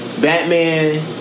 Batman